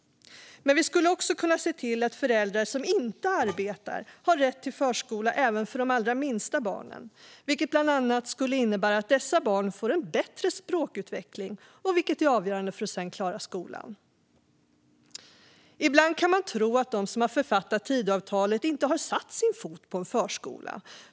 Men vi skulle också kunna se till att föräldrar som inte arbetar har rätt till förskola även för de allra minsta barnen, vilket bland annat skulle innebära att dessa barn får en bättre språkutveckling som är avgörande för att sedan klara av skolan. Ibland kan man tro att de som har författat Tidöavtalet inte har satt sin fot på en förskola.